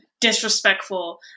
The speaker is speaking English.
disrespectful